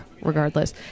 regardless